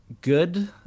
Good